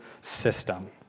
system